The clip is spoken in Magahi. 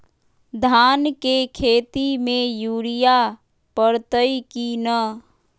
धान के खेती में यूरिया परतइ कि न?